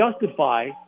justify